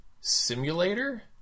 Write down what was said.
simulator